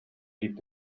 blieb